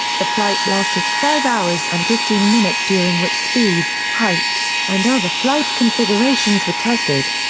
the flight lasted five hours and fifteen minutes during which speed, height, and other flight configurations were tested.